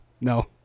No